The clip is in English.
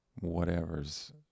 whatever's